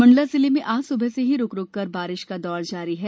मंडला जिले में आज सुबह से ही रूक रूककर बारिश जारी है